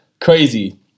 Crazy